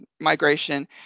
migration